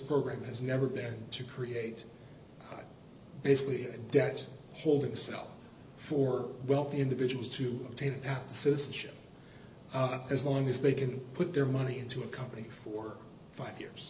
program has never been to create basically debt holding cell for wealthy individuals to obtain citizenship as long as they can put their money into a company for five years